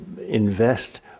invest